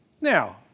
Now